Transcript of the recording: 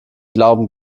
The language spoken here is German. glauben